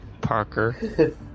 Parker